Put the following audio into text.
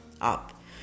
up